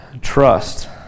trust